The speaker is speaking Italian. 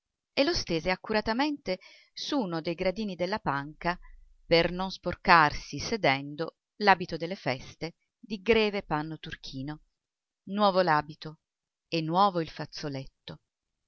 e lo stese accuratamente su uno dei gradini della panca per non sporcarsi sedendo l'abito delle feste di greve panno turchino nuovo l'abito e nuovo il fazzoletto